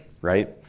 right